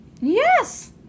yes